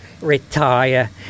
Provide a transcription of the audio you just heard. Retire